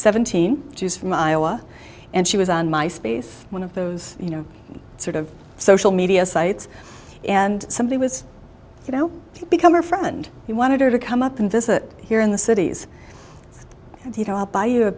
seventeen years from iowa and she was on my space one of those you know sort of social media sites and somebody was you know become her friend he wanted her to come up and visit here in the cities and you know i'll buy you